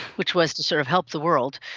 which was to sort of help the world,